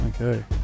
okay